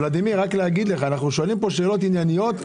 ולדימיר, אנחנו שואלים כאן שאלות ענייניות.